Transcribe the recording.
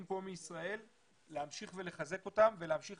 פה מישראל להמשיך ולחזק אותם ולהמשיך